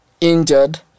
injured